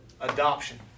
adoption